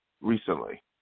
recently